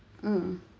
mm